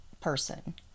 person